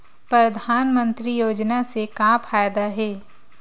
परधानमंतरी योजना से का फ़ायदा हे?